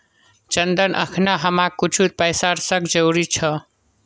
चंदन अखना हमाक कुछू पैसार सख्त जरूरत छ